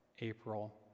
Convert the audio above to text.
April